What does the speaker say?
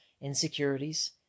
insecurities